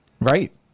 Right